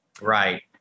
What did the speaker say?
Right